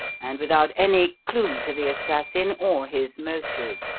and without any clue to the assassin or his motive